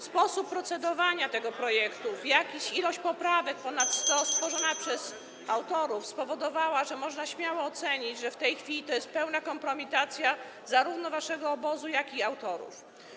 Sposób procedowania tego projektu, liczba poprawek, [[Gwar na sali, dzwonek]] a jest ich ponad 100, stworzonych przez autorów, spowodowały, że można śmiało ocenić, że w tej chwili to jest pełna kompromitacja zarówno waszego obozu, jak i autorów.